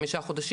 חמישה חודשים,